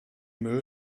müll